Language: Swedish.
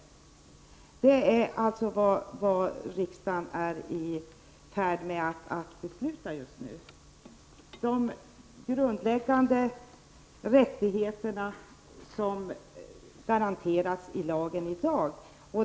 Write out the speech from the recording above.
Riksdagen är alltså just nu i färd med att besluta om att upphäva de grundläggande rättigheter som garanteras i lagen i dag.